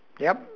yup